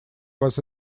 was